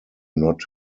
not